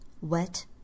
wet